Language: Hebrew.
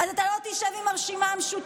אז אתה לא תשב עם הרשימה המשותפת,